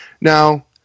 Now